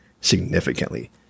significantly